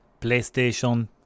PlayStation